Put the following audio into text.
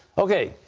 okay.